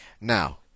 Now